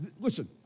listen